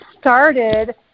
started